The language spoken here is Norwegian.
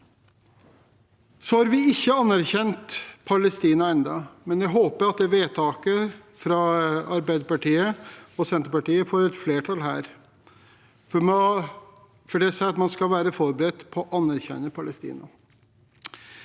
Vi har ikke anerkjent Palestina ennå, men jeg håper at forslaget fra Arbeiderpartiet og Senterpartiet får et flertall her, for det sier at man skal være forberedt på å anerkjenne Palestina.